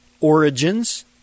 origins